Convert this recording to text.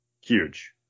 Huge